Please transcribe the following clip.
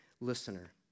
listener